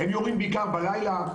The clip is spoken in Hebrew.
הם יורים בעיקר בלילה.